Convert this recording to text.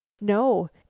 no